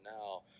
now